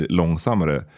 långsammare